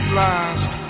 last